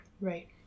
Right